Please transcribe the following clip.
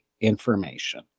information